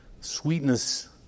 Sweetness